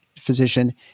physician